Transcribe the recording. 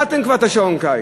קבעתם כבר את שעון הקיץ.